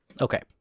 Okay